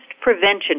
prevention